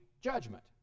judgment